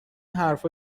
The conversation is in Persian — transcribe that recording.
حرفا